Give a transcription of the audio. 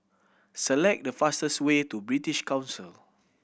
select the fastest way to British Council